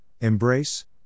embrace